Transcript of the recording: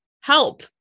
help